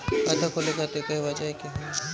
खाता खोले खातिर कहवा जाए के होइ?